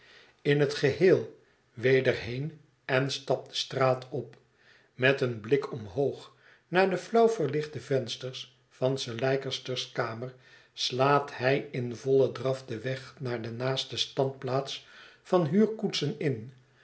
in het geheel weder heen en stapt de straat op met een blik omhoog naar de flauw verlichte vensters van sir leicester's kamer slaat hij in vollen draf den weg naarde naaste standplaats van huurkoetsen in